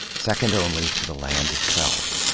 second only to the land itself.